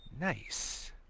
Nice